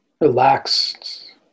relaxed